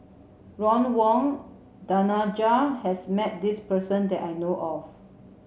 Ron Wong Danaraj has met this person that I know of